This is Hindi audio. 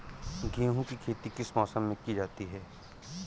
गेहूँ की खेती किस मौसम में की जाती है?